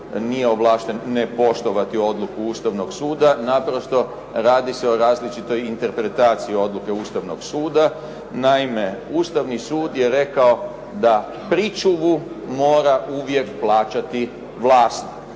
nije ovlašten ne poštovati odluku Ustavnog suda. Naprosto, radi se o različitoj interpretaciji odluke Ustavnog suda. Naime, ustavni sud je rekao da pričuvu mora uvijek plaćati vlast.